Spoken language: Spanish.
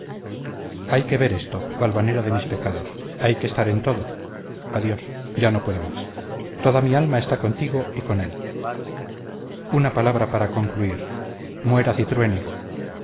hay que ver esto valvanera de mis pecados hay que estar en todo adiós ya no puedo más toda mi alma está contigo y con él una palabra para concluir muera cintruénigo qué